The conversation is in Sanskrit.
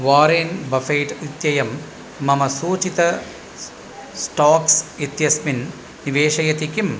वारेन् बफ़ेट् इत्ययं मम सूचिते स् स्टाक्स् इत्यस्मिन् निवेशयति किम्